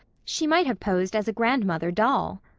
she might have posed as a grandmother doll.